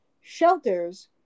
shelters